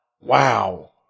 Wow